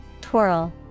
Twirl